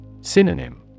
Synonym